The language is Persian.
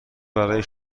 برای